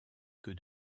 que